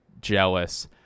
jealous